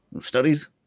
Studies